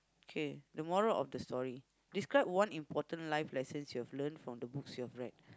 okay the moral of the story describe one important life lesson you've learnt from the books that you have read